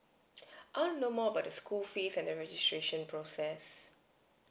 I want to know more about the school fees and the registration process